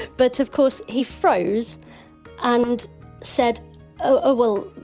but of course he froze and said oh well,